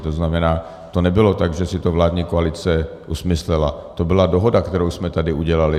To znamená, to nebylo tak, že si to vládní koalice usmyslela, to byla dohoda, kterou jsme tady udělali.